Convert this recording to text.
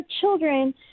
children